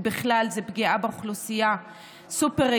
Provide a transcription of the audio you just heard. ובכלל זה פגיעה באוכלוסייה סופר-רגישה